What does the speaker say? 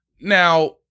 Now